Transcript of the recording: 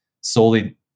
solely